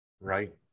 Right